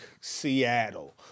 Seattle